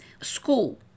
school